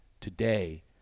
today